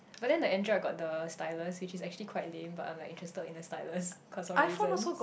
but then the Android got the stylus which is actually quite lame but I'm like interested in the stylus cause of the reason